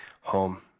home